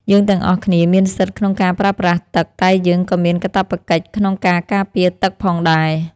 យើងទាំងអស់គ្នាមានសិទ្ធិក្នុងការប្រើប្រាស់ទឹកតែយើងក៏មានកាតព្វកិច្ចក្នុងការការពារទឹកផងដែរ។